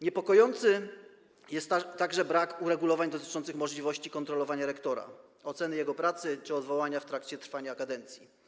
Niepokojący jest także brak uregulowań dotyczących możliwości kontrolowania rektora, oceny jego pracy czy odwołania w trakcie trwania kadencji.